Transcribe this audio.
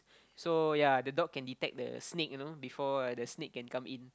so yea the dog can detect the snake you know before uh the snake can come in